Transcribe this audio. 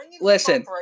listen